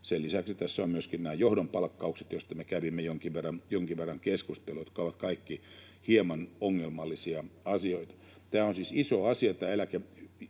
Sen lisäksi tässä on myöskin nämä johdon palkkaukset, joista me kävimme jonkin verran keskustelua ja jotka ovat kaikki hieman ongelmallisia asioita. On siis iso asia tavallaan